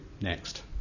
next